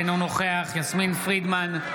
אינו נוכח יסמין פרידמן,